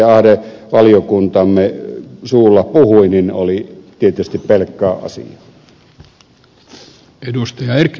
ahde valiokuntamme suulla puhui oli tietysti pelkkää asiaa